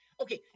Okay